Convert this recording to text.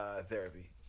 therapy